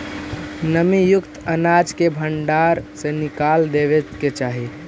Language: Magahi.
नमीयुक्त अनाज के भण्डार से निकाल देवे के चाहि